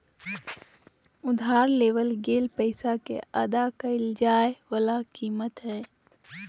उधार लेवल गेल पैसा के अदा कइल जाय वला कीमत हइ